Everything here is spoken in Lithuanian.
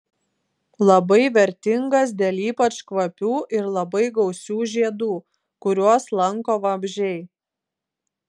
labai vertingas dėl ypač kvapių ir labai gausių žiedų kuriuos lanko vabzdžiai